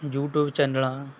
YouTube ਚੈਨਲਾਂ